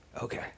Okay